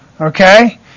Okay